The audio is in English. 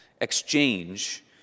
exchange